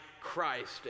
Christ